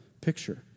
picture